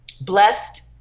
blessed